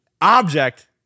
Object